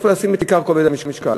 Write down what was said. את עיקר כובד המשקל?